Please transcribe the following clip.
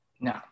No